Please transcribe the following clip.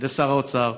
על ידי שר האוצר,